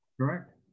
Correct